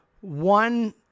one